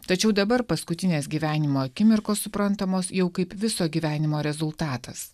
tačiau dabar paskutinės gyvenimo akimirkos suprantamos jau kaip viso gyvenimo rezultatas